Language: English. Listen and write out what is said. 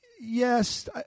yes